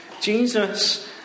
Jesus